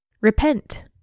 Repent